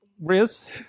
Riz